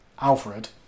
Alfred